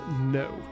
no